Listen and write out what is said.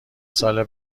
سال